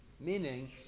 meaning